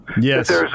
Yes